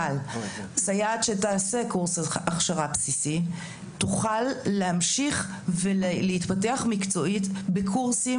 אבל סייעת שתעשה קורס הכשרה בסיסי תוכל להמשיך ולהתפתח מקצועית בקורסים,